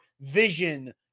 vision